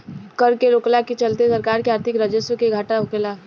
कर के रोकला के चलते सरकार के आर्थिक राजस्व के घाटा होखेला